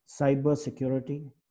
cybersecurity